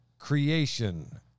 creation